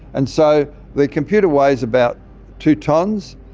and so the computer weighs about two tonnes,